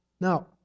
now